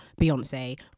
Beyonce